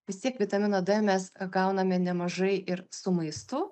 vis tiek vitamino d mes gauname nemažai ir su maistu